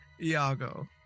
Iago